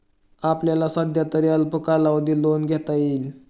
आपल्याला सध्यातरी अल्प कालावधी लोन घेता येईल